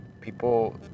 people